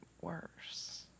worse